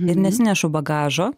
ir neatsinešu bagažo